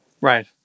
Right